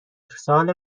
سوال